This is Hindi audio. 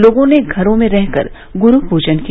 लोगों ने घरों में रहकर गुरु पूजन किया